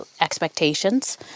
expectations